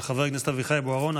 של חבר הכנסת אביחי בוארון,